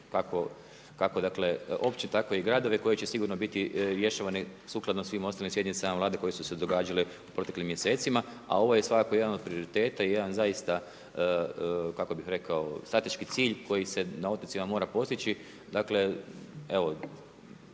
muče, kako općine, tako i gradove koji će sigurno biti rješavani sukladno svim ostalim sjednicama vlade koje su se događale proteklim mjesecima. A ovo je svakako jedan od prioriteta i jedan zaista, kako bih rekao, strateški cilj koji se na otocima mora postići, dakle evo,